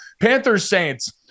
Panthers-Saints